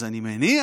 אז אני מניח,